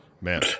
Man